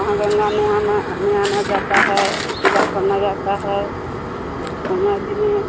वहाँ गंगा नेयाना नेयाना जाता है पूजा करना जाता है गंगा जी में